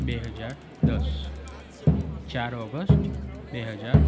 બે હજાર દસ ચાર ઓગસ્ટ બે હજાર